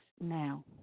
now